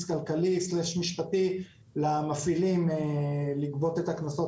כלכלי / משפטי למפעילים לגבות את הקנסות,